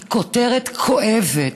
היא כותרת כואבת.